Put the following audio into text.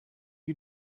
you